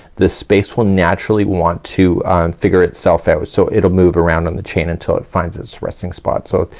the space will naturally want to, um figure itself out. so it'll move around on the chain until it finds its resting spot. so,